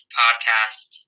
podcast